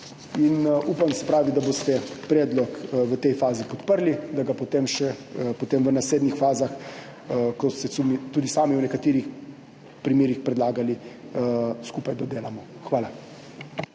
Upam, da boste predlog v tej fazi podprli, da ga potem še v naslednjih fazah, kot se tudi sami v nekaterih primerih predlagali, skupaj dodelamo. Hvala.